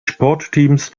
sportteams